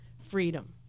freedom